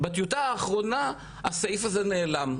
בטיוטה האחרונה הסעיף הזה נעלם.